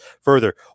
further